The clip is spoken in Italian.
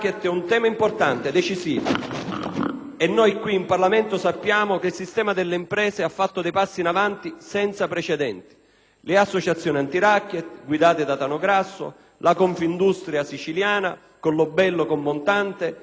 e noi qui in Parlamento sappiamo che il sistema delle imprese ha fatto dei passi in avanti senza precedenti. Le associazioni antiracket, guidate da Tano Grasso e la Confindustria siciliana con Lo Bello e Montante hanno dato segnali senza precedenti.